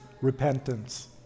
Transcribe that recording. repentance